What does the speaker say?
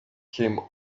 came